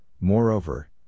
moreover